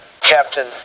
Captain